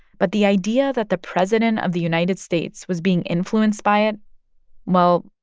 but the idea that the president of the united states was being influenced by it well,